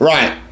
Right